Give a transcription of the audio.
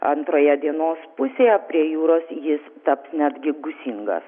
antroje dienos pusėje prie jūros jis taps netgi gūsingas